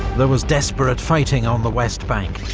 there was desperate fighting on the west bank,